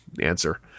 answer